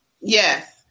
Yes